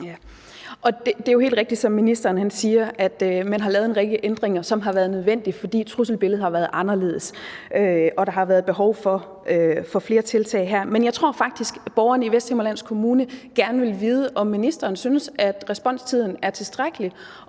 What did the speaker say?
siger, at man har lavet en række ændringer, som har været nødvendige, fordi trusselsbilledet har været anderledes, og der har været behov for flere tiltag. Men jeg tror faktisk, at borgerne i Vesthimmerlands Kommune gerne vil vide, om ministeren synes, at responstiden er tilstrækkelig,